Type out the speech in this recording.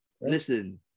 listen